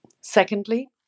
Secondly